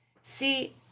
See